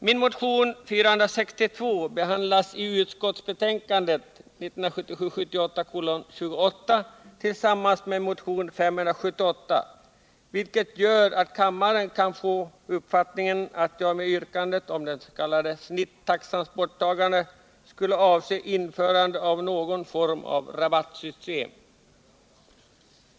Min motion 462 behandlas i utskottsbetänkandet 1977/78:28 tillsammans med motionen 578, vilket gör att kammaren kan få uppfattningen att jag med yrkandet om den s.k. snittaxans borttagande skulle avse införande av någon form av rabattsystem.